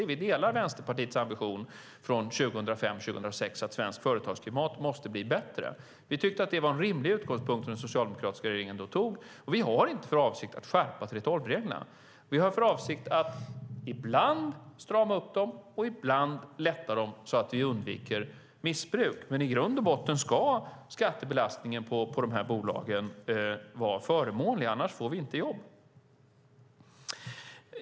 Vi delar Vänsterpartiets ambition från 2005-2006 att svenskt företagsklimat måste bli bättre. Vi tyckte att det var en rimlig utgångspunkt som den socialdemokratiska regeringen då intog. Vi har inte för avsikt att skärpa 3:12-reglerna. Vi har för avsikt att ibland strama upp dem och ibland lätta dem så att vi undviker missbruk, men i grund och botten ska skattebelastningen på de här bolagen vara förmånlig, för annars får vi inga jobb.